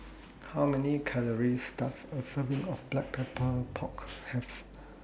How Many Calories Does A Serving of Black Pepper Pork Have